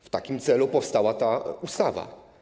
W takim celu powstała ta ustawa.